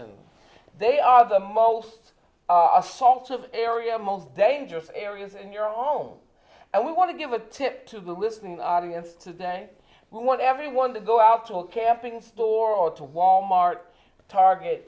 kitchens they are the most assaults of area most dangerous areas in your own home and we want to give a tip to the listening audience today who want everyone to go out to a camping store or to wal mart target